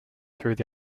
through